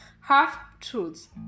half-truths